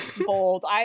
Bold